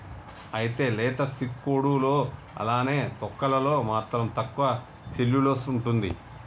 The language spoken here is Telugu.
అయితే లేత సిక్కుడులో అలానే తొక్కలలో మాత్రం తక్కువ సెల్యులోస్ ఉంటుంది